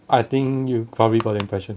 I think you probably got the impression